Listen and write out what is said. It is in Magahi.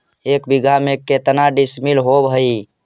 एक बीघा में केतना डिसिमिल होव हइ?